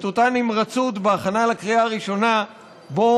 את אותה נמרצות בהכנה לקריאה הראשונה בוא